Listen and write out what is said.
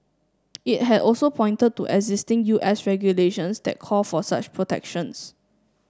it had also pointed to existing U S regulations that call for such protections